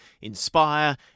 inspire